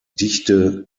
dichte